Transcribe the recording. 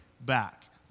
back